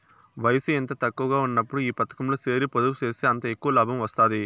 వయసు ఎంత తక్కువగా ఉన్నప్పుడు ఈ పతకంలో సేరి పొదుపు సేస్తే అంత ఎక్కవ లాబం వస్తాది